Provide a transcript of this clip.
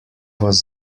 was